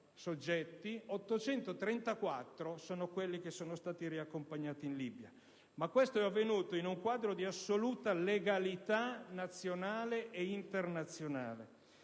834 sono quelli che sono stati riaccompagnati in Libia. Questo, però, è avvenuto in un quadro di assoluta legalità nazionale e internazionale.